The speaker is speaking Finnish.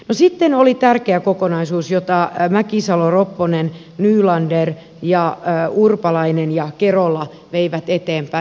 no sitten oli tärkeä kokonaisuus jota mäkisalo ropponen nylander urpalainen ja kerola veivät eteenpäin